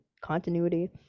continuity